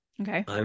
Okay